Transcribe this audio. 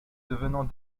devenant